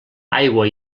aigua